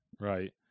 right